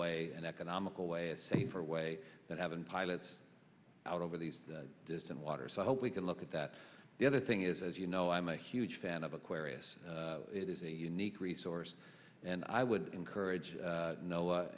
way an economical way a safer way that haven't pilots out over these distant waters so i hope we can look at that the other thing is as you know i'm a huge fan of aquarius it is a unique resource and i would encourage a